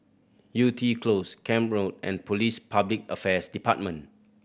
Yew Tee Close Camp Road and Police Public Affairs Department